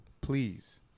please